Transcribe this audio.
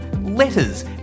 letters